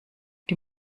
die